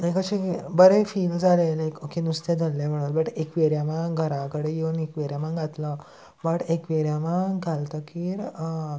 लायक अशें बरें फील जालें लायक ओके नुस्तें धरलें म्हणून बट एकवेरियमां घरा कडेन येवन इक्वेरियमा घातला बट एक्वेरियमां घालतकीर